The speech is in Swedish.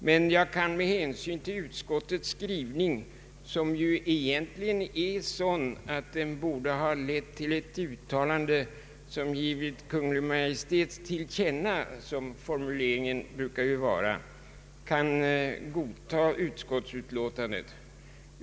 Men jag kan med hänsyn till utskottets skrivning, som ju egentligen är sådan att den borde ha lett till ett uttalande vilket givits Kungl. Maj:t till känna — som formuleringen brukar vara dock godtaga utskottets utlåtande.